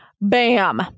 bam